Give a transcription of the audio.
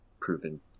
proven